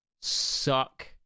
suck